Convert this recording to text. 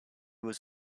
was